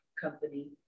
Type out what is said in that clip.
company